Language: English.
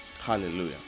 hallelujah